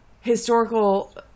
historical